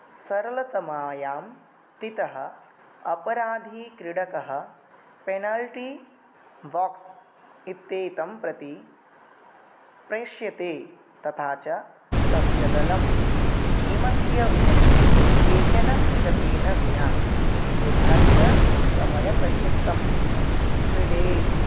सरलतमायां स्थितः अपराधी क्रीडकः पेनाल्टी बाक्स् इत्येतं प्रति प्रेष्यते तथा च तस्य दलं हिमस्य उपरि एकेन क्रीडकेन विना निर्धारितसमयपर्यन्तं क्रीडेत्